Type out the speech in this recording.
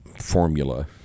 formula